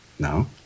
No